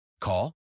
Call